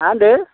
मा होनदों